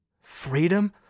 Freedom